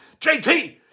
JT